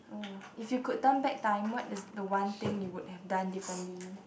oh if you could turn back time what is the one thing you would have done differently